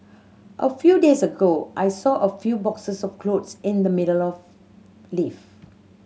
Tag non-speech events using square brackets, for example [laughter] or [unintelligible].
a few days ago I saw a few boxes of clothes in the middle [unintelligible] lift